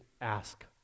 ask